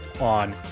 on